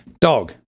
dog